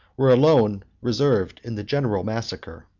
were alone reserved in the general massacre,